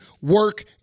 work